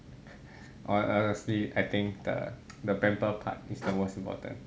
I honestly I think the the pamper part is the most important